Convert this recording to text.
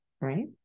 Right